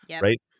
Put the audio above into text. right